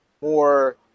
more